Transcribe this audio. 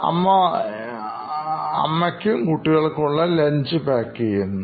അമ്മഅവർക്കും കുട്ടികൾക്കുള്ള lunch pack ചെയ്യുന്നു